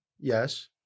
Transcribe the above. Yes